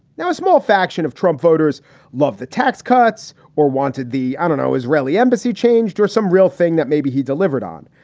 now, a small faction of trump voters love the tax cuts or wanted the, i don't know, israeli embassy changed or some real thing that maybe he delivered on.